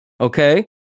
Okay